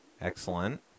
Excellent